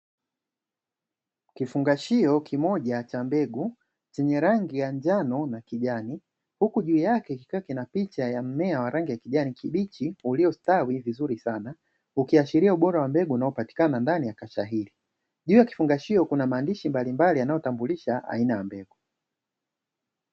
Kifungashio kimoja cha mbegu, chenye rangi ya njano na kijani, huku juu yake kikiwa kina picha ya mmea wa rangi ya kijani kibichi uliostawi vizuri sana, ukiashiria ubora wa mbegu unaopatikana ndani ya kasha hili juu ya kifungashio kuna maandishi mbalimbali aina ya mbegu.